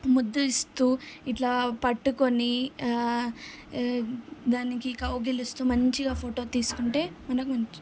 ముద్దిస్తూ ఇట్లా పట్టుకొని దానికి కౌగిలిస్తూ మంచిగా ఫోటో తీసుకుంటే మనకు మంచి